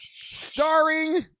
Starring